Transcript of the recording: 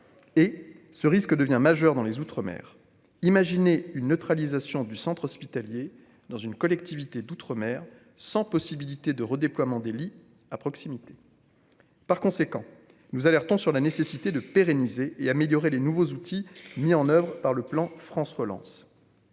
et ce risque devient majeurs dans les outre-mer, imaginez une neutralisation du centre hospitalier dans une collectivité d'outre-mer, sans possibilité de redéploiement délit à proximité, par conséquent, nous alertons sur la nécessité de pérenniser et améliorer les nouveaux outils mis en oeuvre par le plan France relance